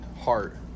heart